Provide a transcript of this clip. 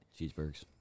cheeseburgers